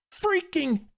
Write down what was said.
freaking